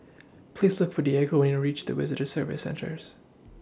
Please Look For Diego when YOU REACH The Visitor Services Centrals